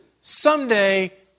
someday